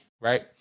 Right